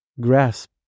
grasp